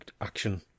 action